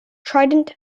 trident